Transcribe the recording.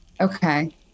Okay